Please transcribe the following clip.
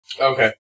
Okay